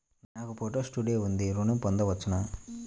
నాకు photo studio ఉంది ఋణం పొంద వచ్చునా?